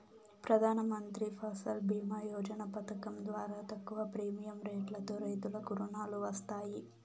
ప్రధానమంత్రి ఫసల్ భీమ యోజన పథకం ద్వారా తక్కువ ప్రీమియం రెట్లతో రైతులకు రుణాలు వస్తాయి